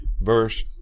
verse